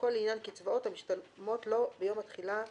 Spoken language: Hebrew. והכול לעניין קצבאות המשתלמות לו ביום התחילה ואילך.